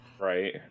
Right